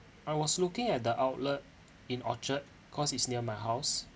I was looking at the outlet in orchard cause it's near my house